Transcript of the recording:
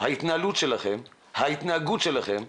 ההתנהלות שלכם, ההתנהגות שלכם,